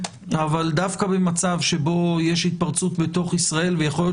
אבל דווקא במצב שבו יש התפרצות בתוך ישראל ויכול להיות